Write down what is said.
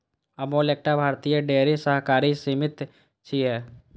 अमूल एकटा भारतीय डेयरी सहकारी समिति छियै